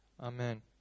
Amen